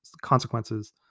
consequences